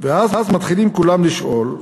כולם מתחילים לשאול,